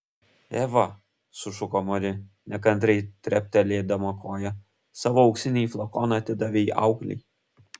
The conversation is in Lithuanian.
eva sušuko mari nekantriai treptelėdama koja savo auksinį flakoną atidavei auklei